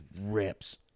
rips